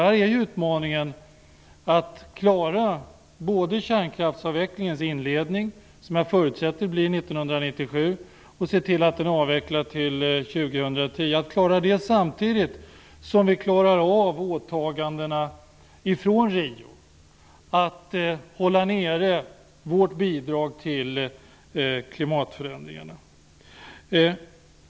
Här är utmaningen att klara kärnkraftsavvecklingens inledning, som jag förutsätter blir 1997 med avveckling 2010, samtidigt som vi klarar av åtagandena från Rio, nämligen att hålla nere vårt bidrag till klimatförändringarna.